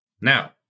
now